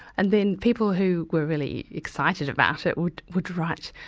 and then people who were really excited about it would would write,